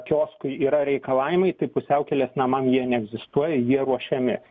kioskui yra reikalavimai tai pusiaukelės namam jie neegzistuoja jie ruošiami